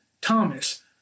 Thomas